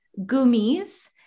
gummies